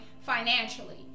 financially